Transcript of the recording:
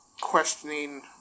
questioning